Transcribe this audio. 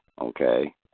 okay